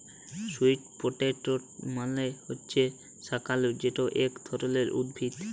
sweet potato মালে হছে শাঁকালু যেট ইক ধরলের উদ্ভিদ